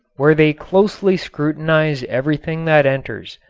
where they closely scrutinize everything that enters.